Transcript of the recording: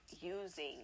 using